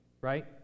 Right